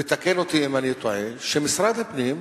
ותקן אותי אם אני טועה, שמשרד הפנים,